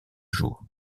jour